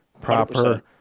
proper